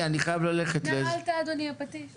ננעלה בשעה 19:11.